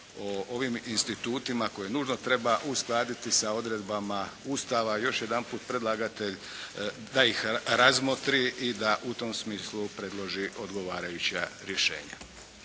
o ovim institutima koje nužno treba uskladiti sa odredbama Ustava još jedanput predlagatelj da ih razmotri i da u tom smislu predloži odgovarajuća rješenja.